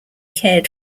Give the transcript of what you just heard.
cared